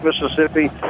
Mississippi